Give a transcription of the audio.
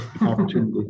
opportunity